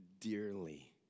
dearly